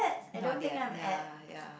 not yet ya ya